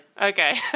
Okay